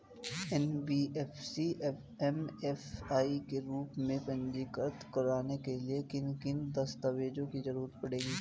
NBFC MFI के रूप में पंजीकृत कराने के लिए किन किन दस्तावेजों की जरूरत पड़ेगी?